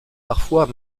parfois